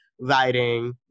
writing